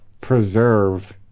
preserve